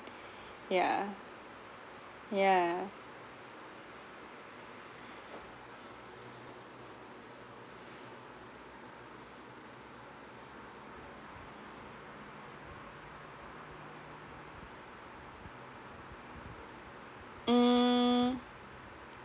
yeah yeah mm